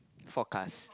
forecast